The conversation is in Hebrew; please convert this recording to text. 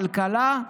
כלכלה,